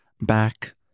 back